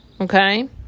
Okay